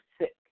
sick